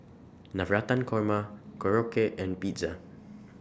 Navratan Korma Korokke and Pizza